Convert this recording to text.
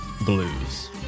blues